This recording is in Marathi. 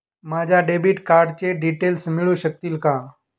माझ्या डेबिट कार्डचे डिटेल्स मिळू शकतील का?